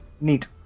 neat